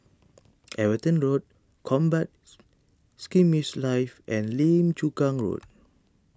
Everton Road Combat Skirmish Live and Lim Chu Kang Road